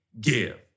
give